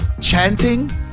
chanting